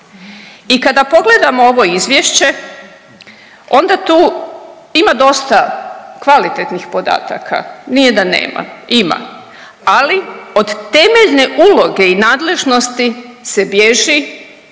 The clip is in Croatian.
I kada pogledamo ovo Izvješće, onda tu ima dosta kvalitetnih podataka, nije da nema, ima, ali od temeljne uloge i nadležnosti se bježi